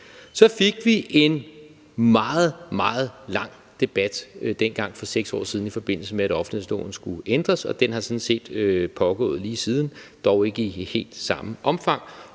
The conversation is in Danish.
Så fik vi en meget, meget lang debat dengang for 6 år siden, i forbindelse med at offentlighedsloven skulle ændres, og den har sådan set pågået lige siden, dog ikke i helt samme omfang.